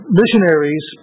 missionaries